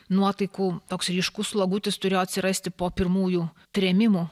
nuotaikų toks ryškus slogutis turėjo atsirasti po pirmųjų trėmimų